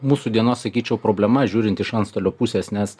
mūsų dienos sakyčiau problema žiūrint iš antstolio pusės nes